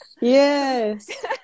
Yes